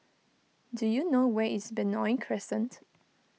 do you know where is Benoi Crescent